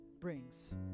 brings